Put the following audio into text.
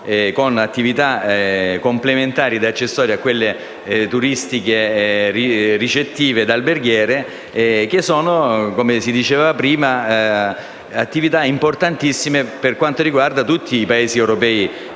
con attività complementari ed accessorie a quelle turistiche, ricettive ed alberghiere, che sono, come si diceva prima, importantissime in tutti i Paesi europei